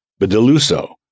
bedeluso